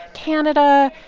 canada,